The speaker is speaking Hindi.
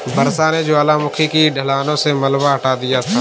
वर्षा ने ज्वालामुखी की ढलानों से मलबा हटा दिया था